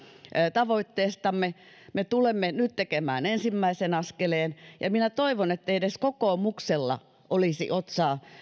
tavoitteestamme me tulemme nyt tekemään ensimmäisen askeleen ja toivon ettei edes kokoomuksella olisi otsaa